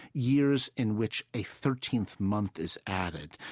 years in which a thirteenth month is added.